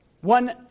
one